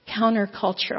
countercultural